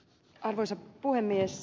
arvoisa puhemies